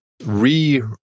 Re